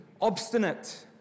obstinate